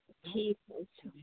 ٹھیٖک حظ چھُ